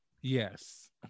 Yes